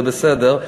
זה בסדר.